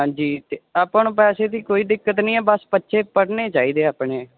ਹਾਂਜੀ ਤੇ ਆਪਾਂ ਨੂੰ ਪੈਸੇ ਦੀ ਕੋਈ ਦਿੱਕਤ ਨਹੀਂ ਹੈ ਬਸ ਬੱਚੇ ਪੜ੍ਨੇ ਚਾਹੀਦੇ ਆ ਆਪਣੇ